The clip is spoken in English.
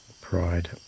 pride